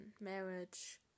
marriage